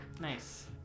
Nice